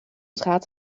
schaadt